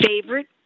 favorite